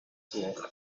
coch